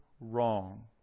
wrong